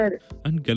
-...and